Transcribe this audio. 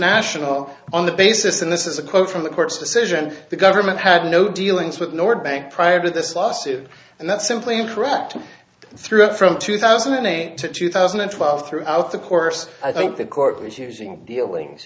national on the basis and this is a quote from the court's decision the government had no dealings with north bank prior to this lawsuit and that's simply incorrect throughout from two thousand and eight to two thousand and twelve throughout the course i think the court was using dealings